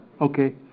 Okay